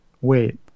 wait